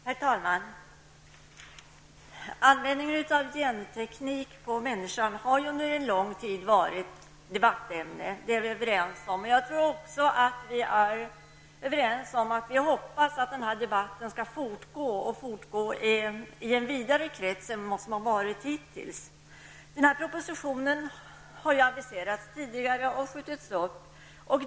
Herr talman! Användningen av genteknik på människan har under lång tid varit ett debattämne. Detta är vi överens om. Jag tror att vi också är överens om att vi hoppas att denna debatt skall fortgå och fortgå i en vidare krets än hittills. Dagens proposition har aviserats tidigare men har skjutits upp.